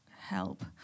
Help